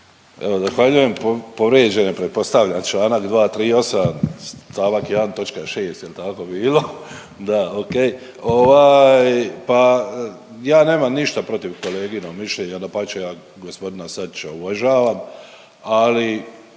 Zahvaljujem. Povrijeđen je pretpostavljam čl. 238. st. 1. točka 6. jel tako bilo? Da, ok, ovaj pa ja nemam ništa protiv koleginom mišljenja, dapače ja gospodina SAčića uvažavam, ali